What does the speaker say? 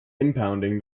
impounding